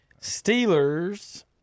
Steelers